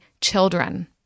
children